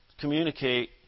communicate